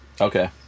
Okay